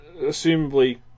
assumably